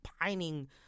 pining